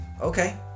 Okay